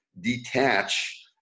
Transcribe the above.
detach